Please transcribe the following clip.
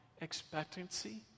expectancy